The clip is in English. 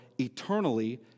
eternally